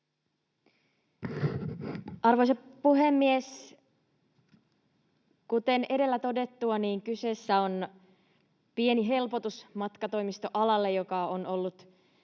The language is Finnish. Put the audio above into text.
Arvoisa puhemies! Kuten edellä todettua, niin kyseessä on pieni helpotus matkatoimistoalalle, joka on ollut